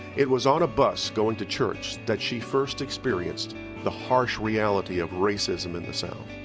it was on a bus going to church that she first experienced the harsh reality of racism in the south.